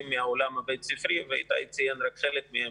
איתי ציין רק חלק מהדברים,